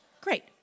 great